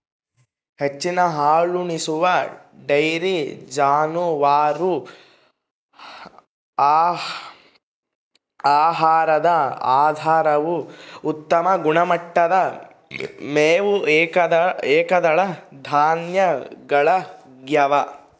ಹೆಚ್ಚಿನ ಹಾಲುಣಿಸುವ ಡೈರಿ ಜಾನುವಾರು ಆಹಾರದ ಆಧಾರವು ಉತ್ತಮ ಗುಣಮಟ್ಟದ ಮೇವು ಏಕದಳ ಧಾನ್ಯಗಳಗ್ಯವ